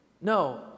no